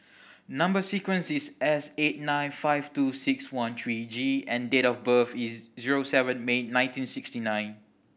number sequence is S eight nine five two six one three G and date of birth is zero seven May nineteen sixty nine